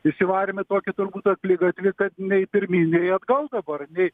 įsivarėm į tokį turbūt akligatvį kad nei pirmyn nei atgal dabar nei